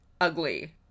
ugly